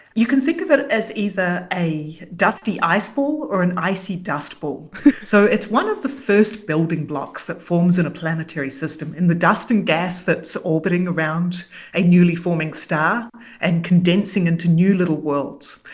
you can think of it it as either a dusty ice ball or an icy dust ball so it's one of the first building blocks that forms in a planetary system in the dust and gas that's orbiting around a newly forming star and condensing into new little worlds.